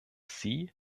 sie